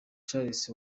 charles